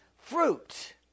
fruit